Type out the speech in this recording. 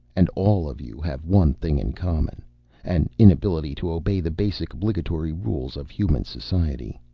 and all of you have one thing in common an inability to obey the basic obligatory rules of human society.